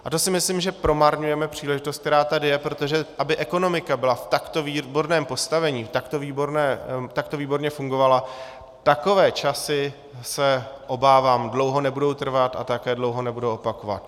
A to si myslím, že promarňujeme příležitost, která tady je, protože aby ekonomika byla v takto výborném postavení, takto výborně fungovala, takové časy, se obávám, dlouho nebudou trvat a také dlouho nebudou opakovat.